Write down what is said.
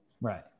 Right